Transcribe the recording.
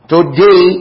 Today